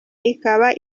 ikaba